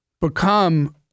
become